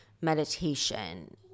meditation